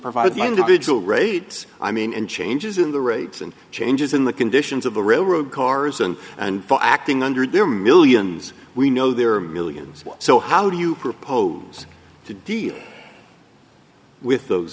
provided the individual raids i mean and changes in the rates and changes in the conditions of the railroad cars and and acting under their millions we know there are millions what so how do you propose to deal with those